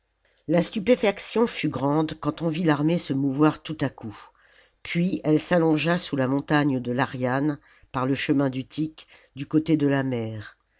la stupéfaction fut grande quand on vit l'armée se mouvoir tout à coup puis elle s'allongea sous la montagne de l'ariane par le chemin d'utique du côté de la mer